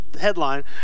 headline